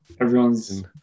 Everyone's